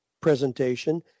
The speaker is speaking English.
presentation